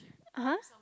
(uh huh)